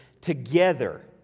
together